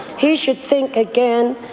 he should think again.